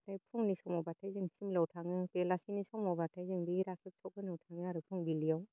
ओमफ्राय फुंनि समावब्लाथाय जों सिमलायाव थाङो बेलासिनि समावब्लाथाय जों बे राखेब सख होनो थाङो आरो फुंबिलियाव